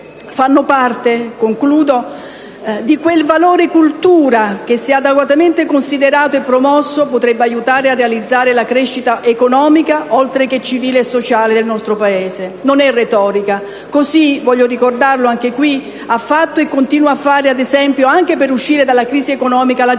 Fanno parte di quel valore cultura che, se adeguatamente considerato e promosso, potrebbe aiutare a realizzare la crescita economica, oltre che civile e sociale, del nostro Paese. Non è retorica. Così ha fatto e continua a fare, anche per uscire dalla crisi economica, la Germania,